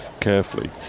carefully